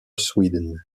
sweden